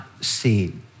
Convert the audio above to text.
seen